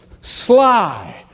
sly